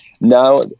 now